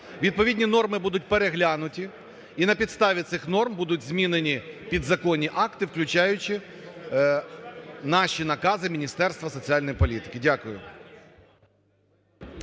відповідні норми будуть переглянуті і на підставі цих норм будуть змінені підзаконні акти, включаючи наші накази Міністерства соціальної політики. Дякую.